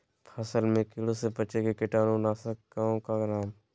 फसल में कीटों से बचे के कीटाणु नाशक ओं का नाम?